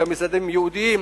כמשרדים יעודיים,